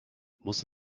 muss